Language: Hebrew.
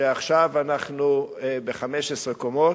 שעכשיו אנחנו ב-15 קומות,